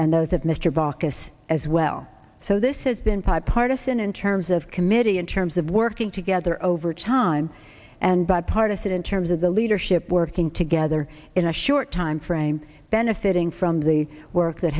and those of mr baucus as well so this has been pie partisan in terms of committee in terms of working together over time and bipartisan in terms of the leadership working together in a short time frame benefiting from the work that